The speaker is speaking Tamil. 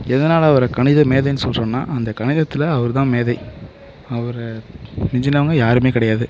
எதனால் அவரை கணித மேதைன்னு சொல்கிறோன்னா அந்த கணிதத்தில் அவரு தான் மேதை அவர மிஞ்சினவங்க யாருமே கிடையாது